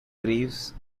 greaves